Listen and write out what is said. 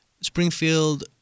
Springfield